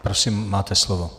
Prosím, máte slovo.